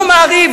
לא "מעריב",